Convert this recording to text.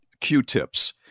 Q-tips